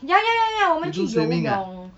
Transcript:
ya ya ya ya ya 我们去游泳